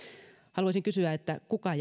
haluaisin kysyä kuka